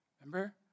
Remember